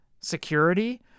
security